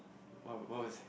what wa~ what was he